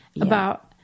about-